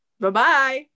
Bye-bye